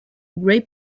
grey